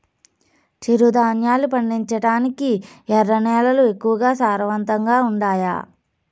చిరుధాన్యాలు పండించటానికి ఎర్ర నేలలు ఎక్కువగా సారవంతంగా ఉండాయా